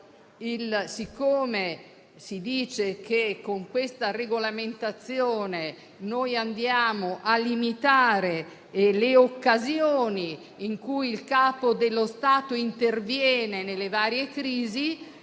siccome si dice che con questa regolamentazione andiamo a limitare le occasioni in cui il Capo dello Stato interviene nelle varie crisi,